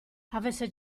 avesse